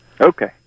Okay